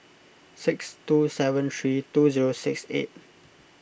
six two seven three two zero six eight